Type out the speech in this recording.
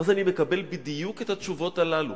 ואז אני מקבל בדיוק את התשובות הללו.